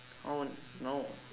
oh no